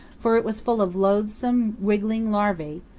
for it was full of loathsome, wriggling larvae,